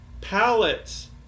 pallets